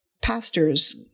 pastors